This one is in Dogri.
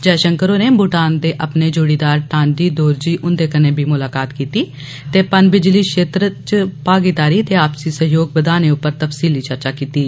जयषंकर होरें भूटान दे अपर्ने जोड़ी दार टन्डी डोरजी हन्दे कन्नै बी मुलाकात कीत्ती ते पनबिजली क्षेत्र च भागीदार ते आपसी सहयोग बधाने उप्पर तफसीली चर्चा कीत्ती